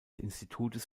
institutes